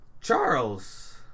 Charles